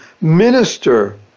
minister